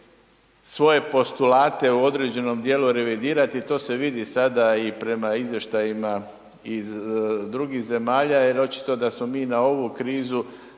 svoje postulate u određenom dijelu revidirati. To se vidi sada i prema izvještajima iz drugih zemalja jer očito da smo mi na ovu krizu